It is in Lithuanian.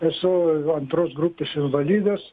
esu antros grupės invalidas